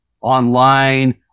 online